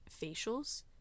facials